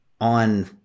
on